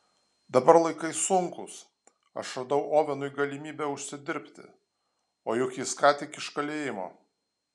dabar laikai sunkūs aš radau ovenui galimybę užsidirbti o juk jis ką tik iš kalėjimo